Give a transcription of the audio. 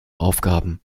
aufgaben